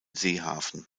seehafen